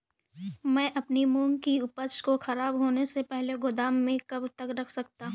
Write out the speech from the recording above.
मैं अपनी मूंग की उपज को ख़राब होने से पहले गोदाम में कब तक रख सकता हूँ?